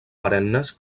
perennes